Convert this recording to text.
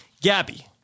Gabby